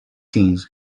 things